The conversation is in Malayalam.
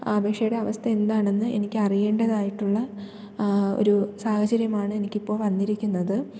അപേക്ഷയുടെ അവസ്ഥ എന്താണെന്ന് എനിക്കറിയേണ്ടതായിട്ടുള്ള ഒരു സാഹചര്യമാണ് എനിക്കിപ്പോൾ വന്നിരിക്കുന്നത്